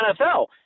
NFL